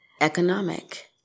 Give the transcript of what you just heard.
economic